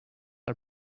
are